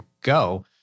go